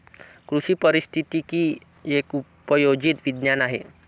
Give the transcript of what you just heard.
कृषी पारिस्थितिकी एक उपयोजित विज्ञान आहे